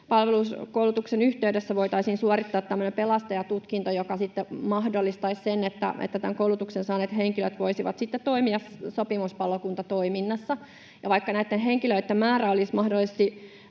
siviilipalveluskoulutuksen yhteydessä voitaisiin suorittaa tämmöinen pelastajatutkinto, joka sitten mahdollistaisi sen, että tämän koulutuksen saaneet henkilöt voisivat toimia sopimuspalokuntatoiminnassa. Vaikka näitten henkilöitten määrä olisi mahdollisesti